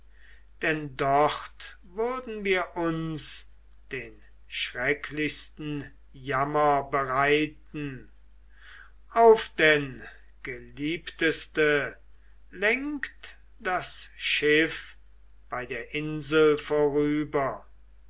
denn dort würden wir uns den schrecklichsten jammer bereiten auf denn geliebteste lenkt das schiff bei der insel vorüber